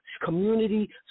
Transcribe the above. community